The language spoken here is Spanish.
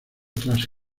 tras